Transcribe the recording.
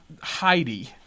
Heidi